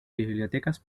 bibliotecas